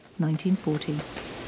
1940